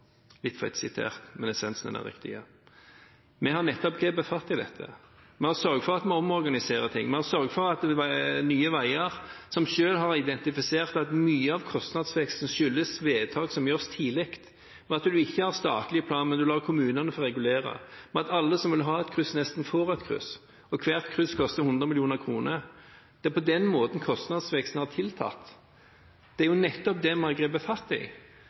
litt fritt sitert, men essensen er riktig. Vi har nettopp grepet fatt i dette. Vi har sørget for å omorganisere ting, vi har sørget for Nye Veier AS som selv har identifisert at mye av kostnadsveksten skyldes vedtak som gjøres tidlig, og at en ikke har statlig plan, men en lar kommunene få regulere, og at nesten alle som vil ha et kryss, får et kryss, og hvert kryss koster 100 mill. kr, og på den måten har kostnadsveksten tiltatt. Det er nettopp det man griper fatt i: